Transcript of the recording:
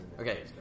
Okay